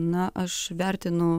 na aš vertinu